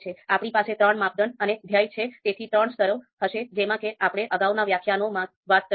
આપણી પાસે ત્રણ માપદંડ અને ધ્યેય છે તેથી ત્રણ સ્તરો હશે જેમ કે આપણે અગાઉના વ્યાખ્યાનોમાં વાત કરી હતી